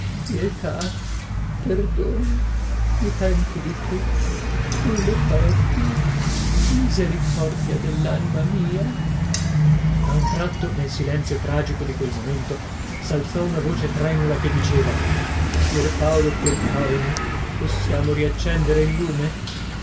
ietà erdono i pento di tutto non lo farò più misericordia dell'anima mia a un tratto nel silenzio tragico di quel momento s'alzò una voce tremula che diceva pierpaolo pierpaoli possiamo riaccendere il lume